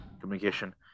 communication